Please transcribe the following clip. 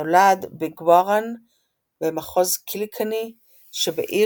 נולד בגווראן במחוז קילקני שבאירלנד